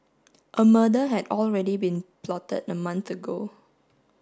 a murder had already been plotted a month ago